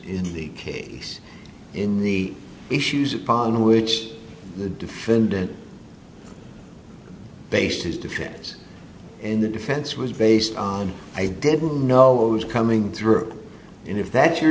in the case in the issues upon which the defendant based his defense and the defense was based on i didn't know it was coming through and if that's your